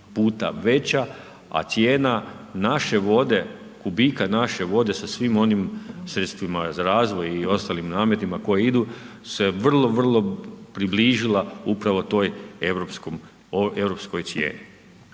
puta veća a cijena naše vode, kubika naše vode sa svim onim sredstvima za razvoj i ostalim nametima koje idu se vrlo, vrlo približila upravo toj europskoj cijeni.